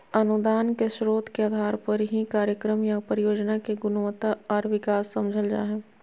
अनुदान के स्रोत के आधार पर ही कार्यक्रम या परियोजना के गुणवत्ता आर विकास समझल जा हय